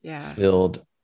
filled